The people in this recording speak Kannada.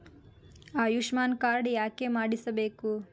ಆಯುಷ್ಮಾನ್ ಕಾರ್ಡ್ ಯಾಕೆ ಮಾಡಿಸಬೇಕು?